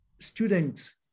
students